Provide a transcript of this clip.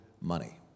money